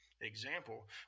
example